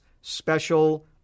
special